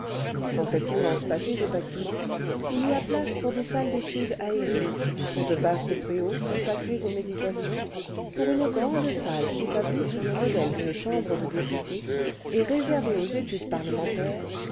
dans cet immense pâté cle bâtiments il y a place pour des salles d'étude aérées pour de vastes préaux consacrés aux méditations pour une grande salle établie sur le modèle d'une chambre de députés et réserle vingtième siècle vée aux études parlementaires